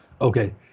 okay